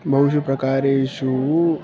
बहुषु प्रकारेषु